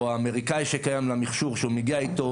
האמריקאי שקיים למכשור שהוא מגיע איתו,